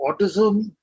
autism